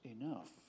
enough